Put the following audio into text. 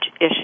issue